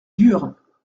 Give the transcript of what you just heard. dure